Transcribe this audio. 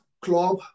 club